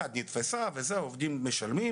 אחת נתפסה והעובדים משלמים